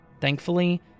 Thankfully